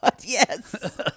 Yes